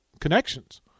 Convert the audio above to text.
connections